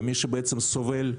ומי שסובל,